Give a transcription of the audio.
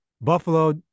buffalo